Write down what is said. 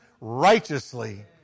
righteously